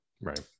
Right